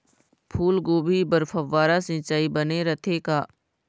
फूलगोभी बर फव्वारा सिचाई बने रथे का?